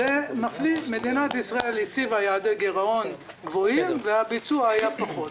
מדינת ישראל הציבה יעדי גירעון גבוהים והביצוע היה פחות.